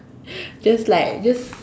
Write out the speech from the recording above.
just like just